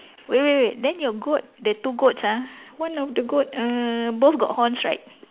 wait wait wait then your goat the two goats ah one of the goat uh both got horns right